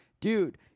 Dude